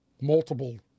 multiple